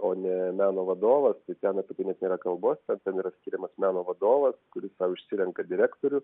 o ne meno vadovas tai ten apie tai net nėra kalbos ten ten yra skiriamas meno vadovas kuris sau išsirenka direktorių